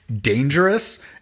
dangerous